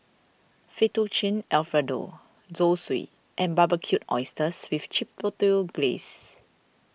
Fettuccine Alfredo Zosui and Barbecued Oysters with Chipotle Glaze